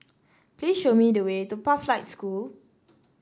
please show me the way to Pathlight School